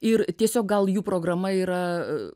ir tiesiog gal jų programa yra